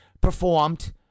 performed